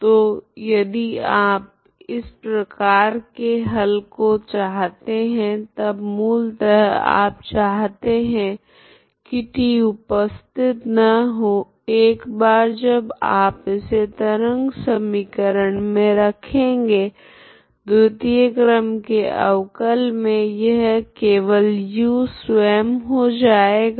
तो यदि आप इस प्रकार के हल को चाहते है तब मूलतः आप चाहते है की t उपस्थित न हो एक बार जब आप इसे तरंग समीकरण मे रखेगे द्वितीय क्रम के अवकल मे यह केवल u स्वयं हो जाएगा